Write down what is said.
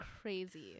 crazy